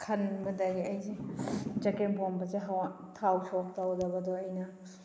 ꯈꯟꯕꯗꯒꯤ ꯑꯩꯁꯦ ꯆꯒꯦꯝ ꯄꯣꯝꯕꯁꯦ ꯊꯥꯎ ꯁꯣꯛ ꯇꯧꯗꯕꯗꯣ ꯑꯩꯅ